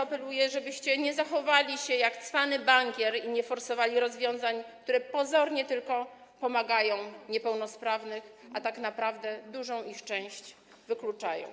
Apeluję, żebyście nie zachowali się jak cwany bankier i nie forsowali rozwiązań, które tylko pozornie pomagają niepełnosprawnym, a tak naprawdę dużą ich część wykluczają.